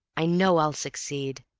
i know i'll succeed.